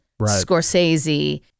Scorsese